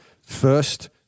first –